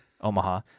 Omaha